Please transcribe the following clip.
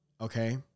Okay